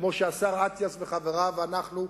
כמו שהשר אטיאס וחבריו ואנחנו,